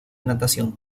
natación